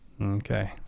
Okay